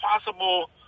possible